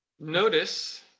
Notice